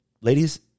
Ladies